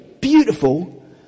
beautiful